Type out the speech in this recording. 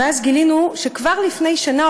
ואז גילינו שכבר לפני שנה,